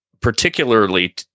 particularly